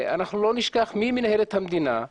אנחנו לא נשכח מי מנהל את המדינה,